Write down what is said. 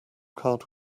card